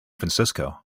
francisco